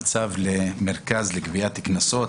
צו המרכז לגביית קנסות,